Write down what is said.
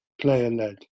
player-led